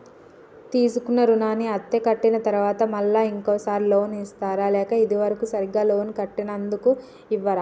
తీసుకున్న రుణాన్ని అత్తే కట్టిన తరువాత మళ్ళా ఇంకో సారి లోన్ ఇస్తారా లేక ఇది వరకు సరిగ్గా లోన్ కట్టనందుకు ఇవ్వరా?